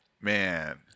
Man